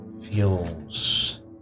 feels